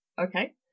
Okay